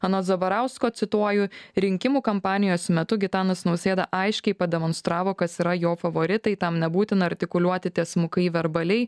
anot zabarausko cituoju rinkimų kampanijos metu gitanas nausėda aiškiai pademonstravo kas yra jo favoritai tam nebūtina artikuliuoti tiesmukai verbaliai